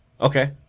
Okay